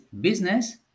business